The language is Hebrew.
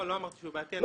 לא אמרתי שהוא בעייתי.